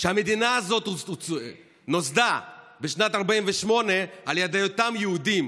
שהמדינה הזאת נוסדה בשנת 1948 על ידי אותם יהודים